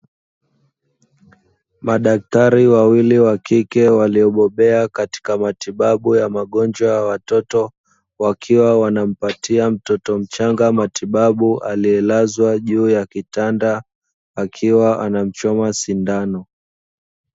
Madaktari wawili wa kike waliobobea katika matibabu ya magonjwa ya watoto, wakiwa wanampatia mtoto mchanga matibabu aliyelazwa juu ya kitanda akiwa anamchoma sindano.